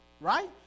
right